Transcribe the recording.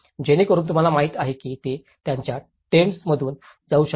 जेणेकरून तुम्हाला माहिती आहे की ते त्यांच्या टेन्ट्सतून जाऊ शकतात